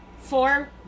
four